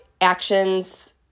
actions